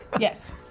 Yes